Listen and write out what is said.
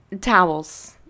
towels